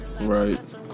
Right